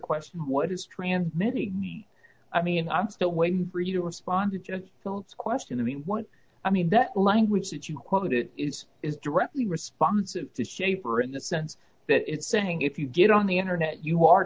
question what is transmitted i mean i'm still waiting for you to respond to just so question of what i mean that language that you quoted is directly responsive to shaper in the sense that it's saying if you get on the internet you are